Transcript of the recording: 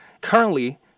Currently